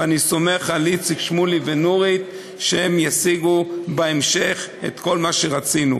ואני סומך על איציק שמולי ונורית שהם ישיגו בהמשך את כל מה שרצינו.